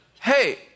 hey